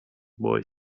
boy